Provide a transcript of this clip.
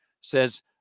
says